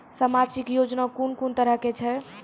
समाजिक योजना कून कून तरहक छै?